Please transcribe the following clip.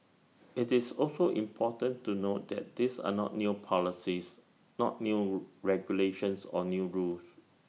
IT is also important to note that these are not new policies not new regulations or new rules